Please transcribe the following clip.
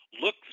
look